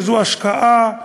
זו השקעה,